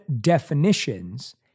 definitions